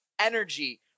Energy